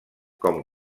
com